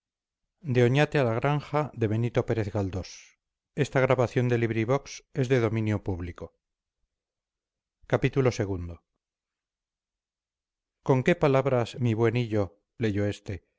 con qué palabras mi buen hillo leyó este